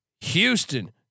Houston